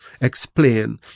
explain